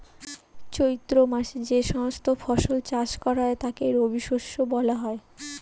চৈত্র মাসে যে সমস্ত ফসল চাষ করা হয় তাকে রবিশস্য বলা হয়